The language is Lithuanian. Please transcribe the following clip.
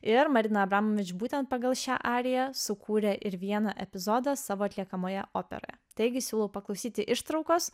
ir marina abramovič būtent pagal šią ariją sukūrė ir vieną epizodą savo atliekamoje operoje taigi siūlau paklausyti ištraukos